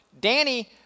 Danny